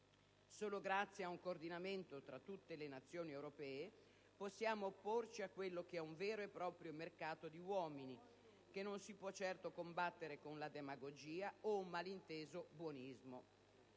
Solo grazie ad un coordinamento tra tutte le Nazioni europee ci si può opporre ad un vero e proprio mercato di uomini, che non si può certo combattere con la demagogia o un malinteso buonismo.